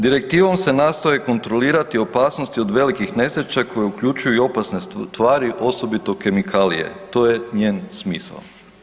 Direktivom se nastoje kontrolirati opasnosti od velikih nesreća koje uključuju i opasne tvari, osobito kemikalije, to je njen smisao.